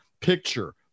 picture